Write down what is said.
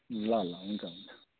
ल ल हुन्छ हुन्छ